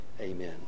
Amen